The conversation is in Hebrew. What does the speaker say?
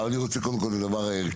אני רוצה קודם כל את הדבר הערכי,